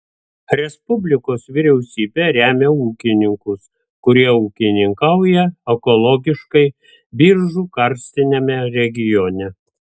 respublikos vyriausybė remia ūkininkus kurie ūkininkauja ekologiškai biržų karstiniame regione